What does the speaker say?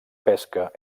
pesca